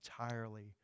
entirely